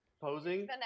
posing